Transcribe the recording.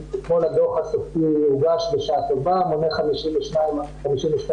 אתמול הדוח הסופי הוגש בשעה טובה, מונה 52 עמודים,